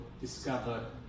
discover